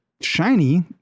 shiny